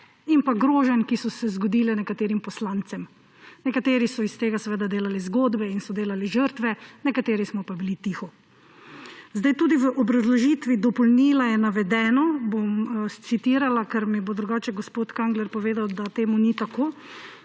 In pa groženj, ki so se zgodile nekaterim poslancem. Nekateri so iz tega seveda delali zgodbe in se delali žrtve, nekateri smo pa bili tiho. Tudi v obrazložitvi dopolnila je navedeno, bom citirala, ker mi bo drugače gospod Kangler povedal, da temu ni tako,